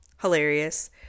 Hilarious